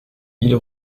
ils